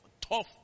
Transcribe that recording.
tough